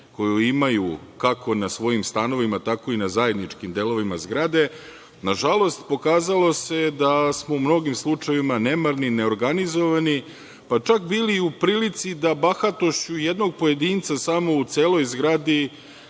koju imaju, kako na svojim stanovima, tako i na zajedničkim delovima zgrade, nažalost, pokazalo se da smo u mnogim slučajevima nemarni, neorganizovani, pa čak bili i u prilici da bahatošću jednog pojedinca samo u celoj zgradi,